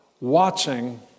watching